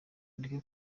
mureke